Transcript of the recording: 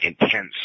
intense